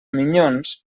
minyons